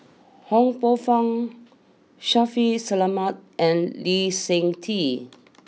Ho Poh fun Shaffiq Selamat and Lee Seng Tee